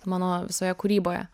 mano visoje kūryboje